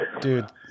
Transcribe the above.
dude